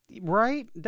Right